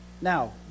Now